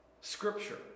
scripture